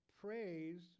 praise